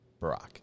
Barack